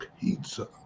pizza